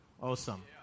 Awesome